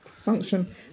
function